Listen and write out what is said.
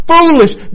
Foolish